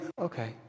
Okay